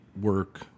work